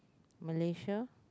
Malaysia